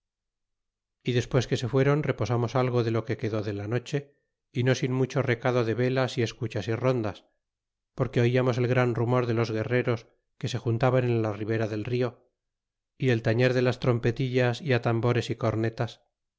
y despues que se fueron reposamos v algo de lo que quedó de la noche y no sin mucho recado de velas y escuchas y rondas porque olamos el gran rumor de los guerreros que se juntaban en la ribera del rio y el tañer de las trompetillas y atambores y cornetas